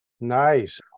Nice